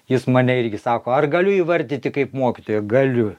jis mane irgi sako ar galiu įvardyti kaip mokytoją galiu